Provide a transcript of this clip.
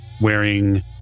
wearing